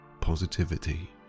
positivity